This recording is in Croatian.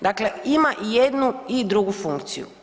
Dakle, ima i jednu i drugu funkciju.